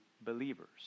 believers